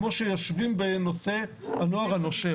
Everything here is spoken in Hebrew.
כמו שיושבים בנושא הנוער הנושר,